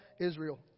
Israel